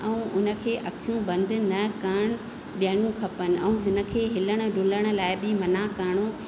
ऐं उन खे अख़ियूं बंदि न करण ॾियनि खपनि ऐं हिन खे हिलण ढुलण लाइ बि मना करिणो